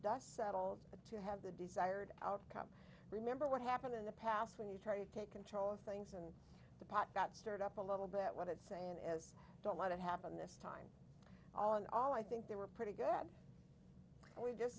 dust settles to have the desired outcome remember what happened in the past when you try to take control of things and the pot got stirred up a little bit what it's saying is don't let it happen this time all in all i think they were pretty good and we just